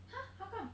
!huh! how come